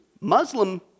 Muslim